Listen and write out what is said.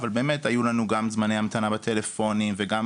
אבל באמת היו גם זמני המתנה בטלפונים וגם